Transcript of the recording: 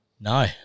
No